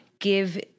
give